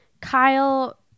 Kyle